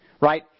Right